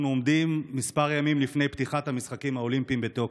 אנחנו עומדים כמה ימים לפני פתיחת המשחקים האולימפיים בטוקיו.